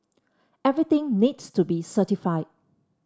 everything needs to be certified